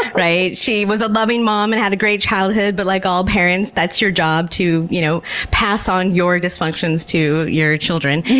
right? she was a loving mom and i had a great childhood, but like all parents, that's your job to you know pass on your dysfunctions to your children.